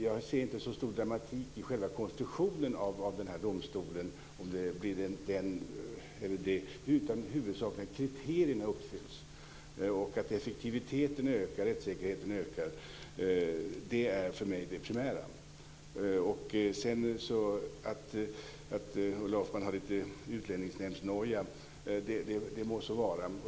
Jag ser inte så stor dramatik i själv konstruktionen av den här domstolen. Huvudsaken är att kriterierna uppfylls och att effektiviteten och rättssäkerheten ökar. Det är för mig det primära. Att sedan Ulla Hoffmann har lite noja i fråga om Utlänningsnämnden må så vara.